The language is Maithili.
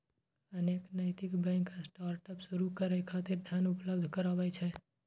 अनेक नैतिक बैंक स्टार्टअप शुरू करै खातिर धन उपलब्ध कराबै छै